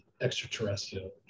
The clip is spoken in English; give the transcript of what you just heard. extraterrestrial